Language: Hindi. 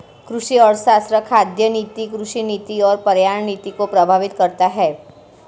कृषि अर्थशास्त्र खाद्य नीति, कृषि नीति और पर्यावरण नीति को प्रभावित करता है